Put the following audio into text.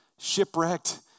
shipwrecked